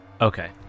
Okay